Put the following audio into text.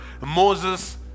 Moses